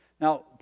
Now